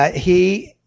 ah he